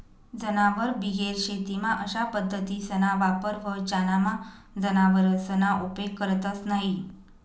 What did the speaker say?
जनावरबिगेर शेतीमा अशा पद्धतीसना वापर व्हस ज्यानामा जनावरसना उपेग करतंस न्हयी